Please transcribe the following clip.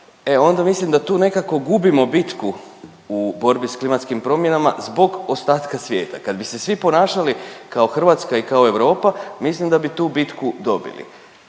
onda mislim da tu nekako gubimo bitku u borbi sa klimatskim promjenama zbog ostatka svijeta. Kad bi se svi ponašali kao Hrvatska i kao Europa mislim da bi tu bitku dobili.